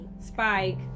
Spike